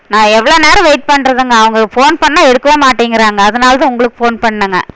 நான் எவ்வளோ நேரம் வெயிட் பண்ணுறதுங்க அவங்களுக்கு ஃபோன் பண்ணா எடுக்கவே மாட்டேங்கிறாங்க அதனால்தான் உங்களுக்கு ஃபோன் பண்ணேங்க